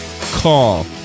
call